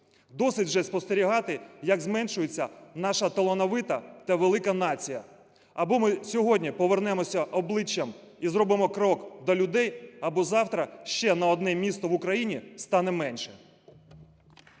Досить вже спостерігати, як зменшується наша талановита та велика нація. Або ми сьогодні повернемося обличчям і зробимо крок до людей, або завтра ще на одне місто в Україні стане менше.